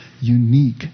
unique